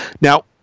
now